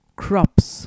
crops